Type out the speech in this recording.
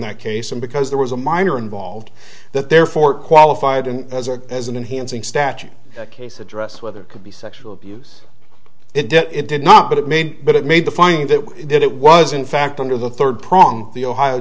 that case and because there was a minor involved that therefore qualified and as a as an in hands in statute case address whether it could be sexual abuse it debt it did not but it made but it made the finding that it was in fact under the third prong the ohio